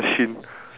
in general